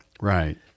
Right